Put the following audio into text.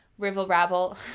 rivel-ravel